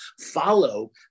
follow